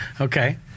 Okay